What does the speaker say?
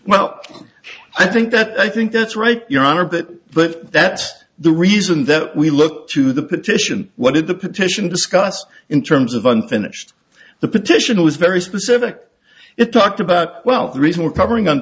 well i think that i think that's right your honor that but that's the reason that we look to the petition what did the petition discuss in terms of unfinished the petition was very specific it talked about well the reason we're covering